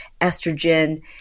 estrogen